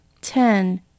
Ten